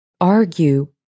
argue